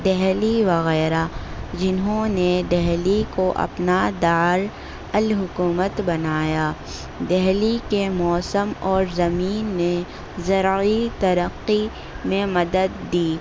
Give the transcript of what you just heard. دہلی وغیرہ جنہوں نے دہلی کو اپنا دار الحکومت بنایا دہلی کے موسم اور زمین نے زرعی ترقی میں مدد دی